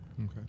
okay